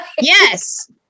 Yes